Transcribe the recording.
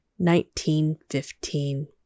1915